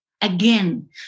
Again